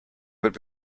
would